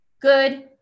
good